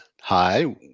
hi